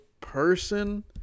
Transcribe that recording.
person